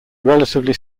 relatively